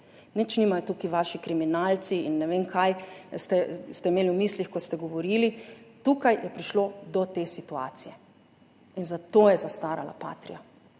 Nič nimajo tukaj vaši kriminalci in ne vem, kaj ste imeli v mislih, ko ste govorili, tukaj je prišlo do te situacije in zato je zastarala Patria.